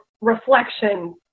reflection